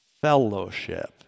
fellowship